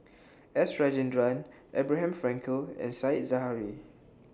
S Rajendran Abraham Frankel and Said Zahari